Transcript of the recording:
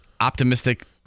optimistic